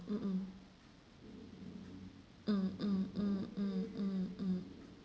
mm mm mm mm mm mm mm mm